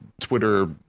Twitter